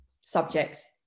subjects